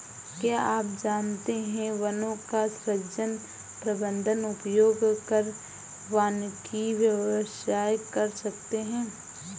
क्या आप जानते है वनों का सृजन, प्रबन्धन, उपयोग कर वानिकी व्यवसाय कर सकते है?